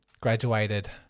graduated